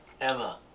Emma